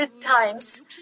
times